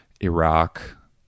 Iraq